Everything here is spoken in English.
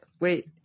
wait